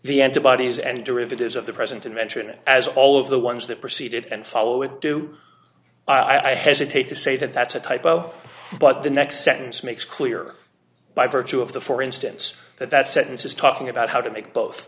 the antibodies and derivatives of the present and mention it as all of the ones that preceded and follow it do i hesitate to say that that's a typo but the next sentence makes clear by virtue of the for instance that that sentence is talking about how to make both